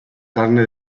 carne